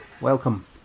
Welcome